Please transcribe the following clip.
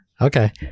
Okay